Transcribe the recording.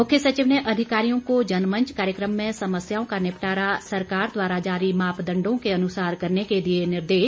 मुख्य सचिव ने अधिकारियों को जनमंच कार्यक्रम में समस्याओं का निपटारा सरकार द्वारा जारी मापदंडों के अनुसार करने के दिए निर्देश